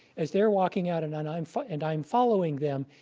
as they're walking out, and i'm and i'm following them.